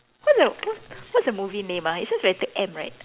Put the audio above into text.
what the what what's the movie name ah it starts with letter M right